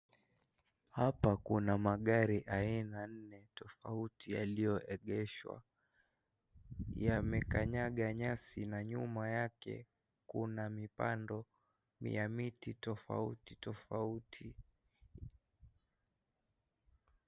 Hapa kuna magari aina nne tofauti yaliyoegeshwa, yamekanyaga nyasi na nyuma yake kuna mipando ya miti tofauti tofauti.